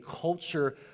culture